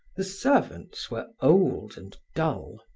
the servants were old and dull.